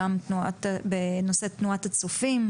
בתנועת הצופים.